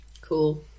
Cool